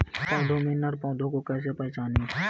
पौधों में नर पौधे को कैसे पहचानें?